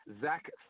Zach